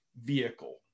vehicle